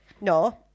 No